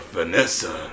Vanessa